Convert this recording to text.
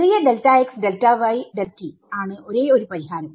ചെറിയ ആണ് ഒരേ ഒരു പരിഹാരം